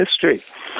history